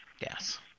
Yes